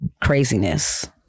craziness